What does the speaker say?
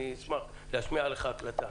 אני אשמח להשמיע לך הקלטה